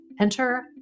Enter